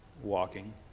walking